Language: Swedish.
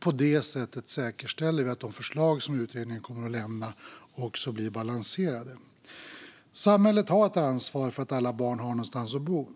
På detta sätt säkerställer vi att de förslag som utredningen kommer att lämna också blir balanserade. Samhället har ett ansvar för att alla barn har någonstans att bo.